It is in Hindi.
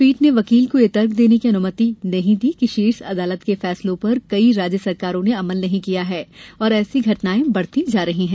पीठ ने वकील को यह तर्क देने की अनुमति नहीं दी कि शीर्ष अदालत के फैसलों पर कई राज्य सरकारों ने अमल नहीं किया है और ऐसी घटनाएं बढ़ती जा रही हैं